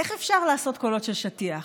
איך אפשר לעשות קולות של שטיח?